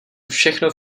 všechno